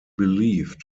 believed